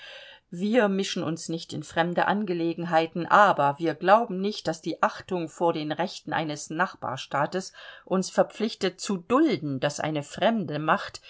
wir mischen uns nicht in fremde angelegenheiten aber wir glauben nicht daß die achtung vor den rechten eines nachbarstaates uns verpflichtet zu dulden daß eine fremde macht